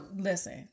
listen